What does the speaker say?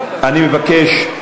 אני מבקש,